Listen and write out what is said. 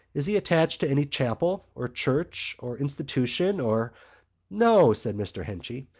is he attached to any chapel or church or institution or no, said mr. henchy,